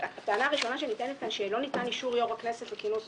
הטענה הראשונה שנטענת כאן שלא ניתן אישור יושב-ראש הכנסת לכינוס